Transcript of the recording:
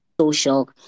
social